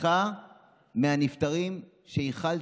סליחה מהנפטרים שהכלתם,